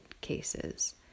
cases